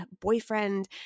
boyfriend